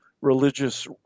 religious